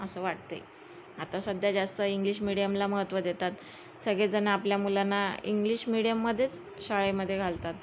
असं वाटते आता सध्या जास्त इंग्लिश मिडियमला महत्त्व देतात सगळेजण आपल्या मुलांना इंग्लिश मिडियममध्येच शाळेमध्ये घालतात